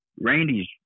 Randy's